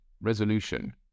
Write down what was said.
resolution